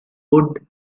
would